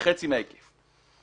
בחצי מההיקף.